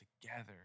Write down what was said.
together